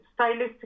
stylistically